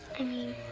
i mean,